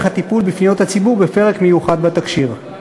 הטיפול בפניות הציבור בפרק מיוחד בתקשי"ר.